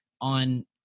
on